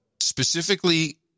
specifically